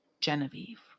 Genevieve